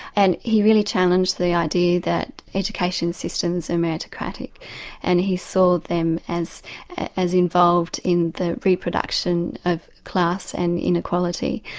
and he really challenged the idea that education systems are and meritocratic and he saw them as as involved in the reproduction of class and inequality.